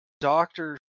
Doctor